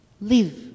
live